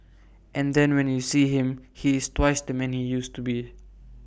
and then when you see him he is twice the man he used to be